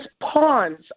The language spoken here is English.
pawns